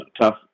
tough